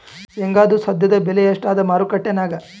ಶೇಂಗಾದು ಸದ್ಯದಬೆಲೆ ಎಷ್ಟಾದಾ ಮಾರಕೆಟನ್ಯಾಗ?